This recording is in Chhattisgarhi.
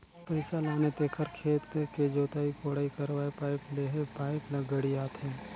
पइसा लाने तेखर खेत के जोताई कोड़ाई करवायें पाइप लेहे पाइप ल गड़ियाथे